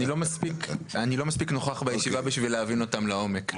אני לא מספיק נוכח בישיבה בשביל להבין אותם לעומק,